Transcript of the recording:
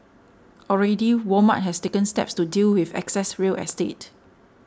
already Walmart has taken steps to deal with excess real estate